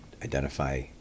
identify